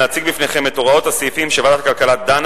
להציג בפניכם את הוראות הסעיפים שוועדת הכלכלה דנה